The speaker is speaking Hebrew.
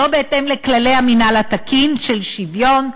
שלא בהתאם לכללי המינהל התקין של שוויון,